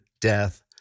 death